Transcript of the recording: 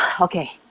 okay